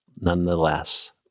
Nonetheless